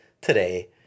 today